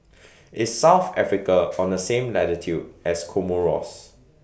IS South Africa on The same latitude as Comoros